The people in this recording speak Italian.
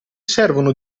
servono